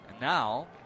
Now